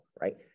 right